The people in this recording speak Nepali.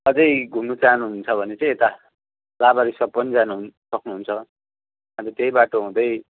अझै घुम्नु चाहनुहुन्छ भने चाहिँ यता लाभा रिसप पनि जानु सक्नुहुन्छ अन्त त्यही बाटो हुँदै